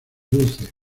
dulce